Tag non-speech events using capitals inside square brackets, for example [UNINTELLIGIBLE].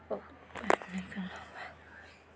[UNINTELLIGIBLE]